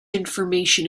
information